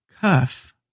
cuff